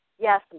yes